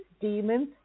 demons